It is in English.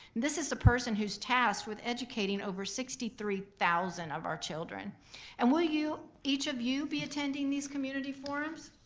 this is a person who's tasked with educating over sixty three thousand of our children and will you, each of you, be attending the community forums?